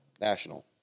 National